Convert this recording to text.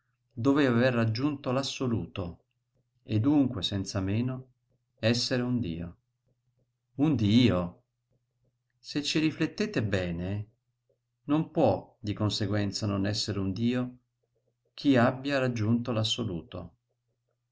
doveva aver raggiunto l'assoluto e dunque senza meno essere un dio un dio se ci riflettete bene non può di conseguenza non essere un dio chi abbia raggiunto